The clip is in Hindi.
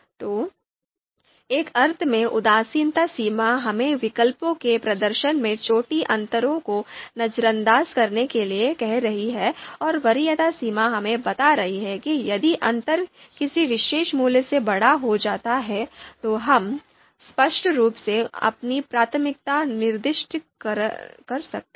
तो एक अर्थ में उदासीनता सीमा हमें विकल्पों के प्रदर्शन में छोटे अंतरों को नजरअंदाज करने के लिए कह रही है और वरीयता सीमा हमें बता रही है कि यदि अंतर किसी विशेष मूल्य से बड़ा हो जाता है तो हम स्पष्ट रूप से अपनी प्राथमिकता निर्दिष्ट कर सकते हैं